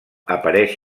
apareix